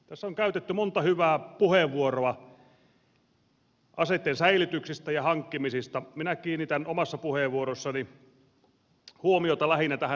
tässä on käytetty monta hyvää puheenvuoroa aseitten säilytyksistä ja hankkimisista minä kiinnitän omassa puheenvuorossani huomiota lähinnä tähän säilytyspuoleen